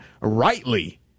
rightly